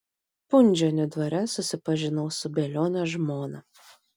punžionių dvare susipažinau su bielionio žmona